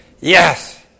yes